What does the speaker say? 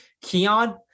Keon